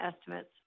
estimates